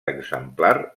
exemplar